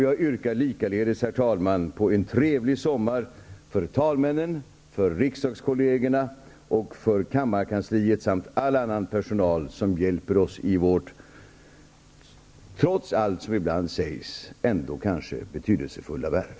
Jag önskar också, herr talman, en trevlig sommar för talmännen, för riksdagskollegerna och för kammarkansliet och all annan personal som hjälper oss i vårt, trots allt som ibland sägs, ändå kanske betydelsefulla värv.